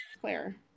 claire